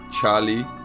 Charlie